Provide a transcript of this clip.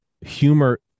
humor